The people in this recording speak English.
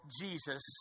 Jesus